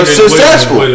successful